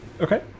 Okay